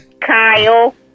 Kyle